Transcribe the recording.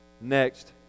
Next